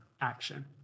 action